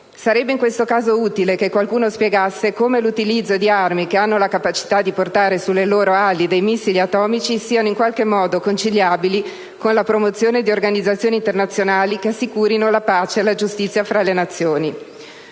Sarebbe in questo caso utile che qualcuno spiegasse come l'utilizzo di armi che hanno la capacità di portare sulle loro ali dei missili atomici sia in qualche modo conciliabile con la promozione di organizzazioni internazionali che assicurino la pace e la giustizia fra le Nazioni!